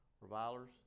revilers